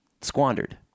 squandered